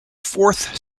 fourth